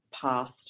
past